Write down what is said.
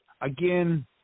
again